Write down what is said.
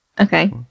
okay